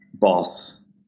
boss